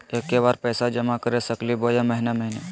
एके बार पैस्बा जमा कर सकली बोया महीने महीने?